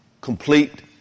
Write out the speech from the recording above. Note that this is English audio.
complete